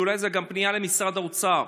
שאולי זה גם פנייה למשרד האוצר,